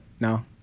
No